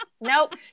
Nope